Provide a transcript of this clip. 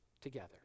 together